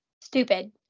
Stupid